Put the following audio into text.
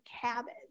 cabbage